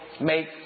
make